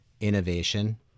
innovation